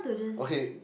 okay